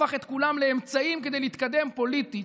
הפך את כולם לאמצעים כדי להתקדם פוליטית,